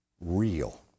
real